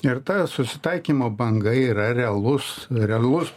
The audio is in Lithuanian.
ir ta susitaikymo banga yra realus realus